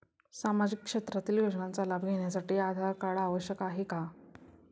सामाजिक क्षेत्रातील योजनांचा लाभ घेण्यासाठी आधार कार्ड आवश्यक आहे का?